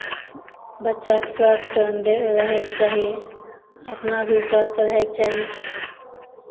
बच्चाकेँ स्वस्थ रखै रहयके चाही अपना भी स्वस्थ रहयके चाही